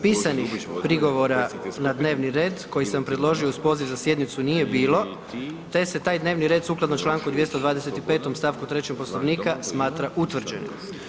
Pisanih prigovora na dnevni red koji sam predložio uz poziv za sjednicu nije bilo, te se taj dnevni red sukladno čl. 225. st. 3. Poslovnika smatra utvrđenim.